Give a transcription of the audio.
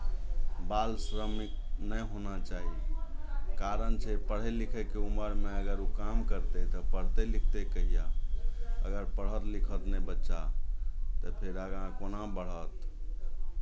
बाल श्रमिक नहि होना चाही कारण छै पढ़य लिखयके उमरमे अगर ओ काम करतै तऽ पढ़तै लिखतै कहिआ अगर पढ़त लिखत नहि बच्चा तऽ फेर आगाँ कोना बढ़त